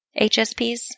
HSPs